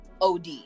OD